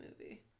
movie